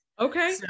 okay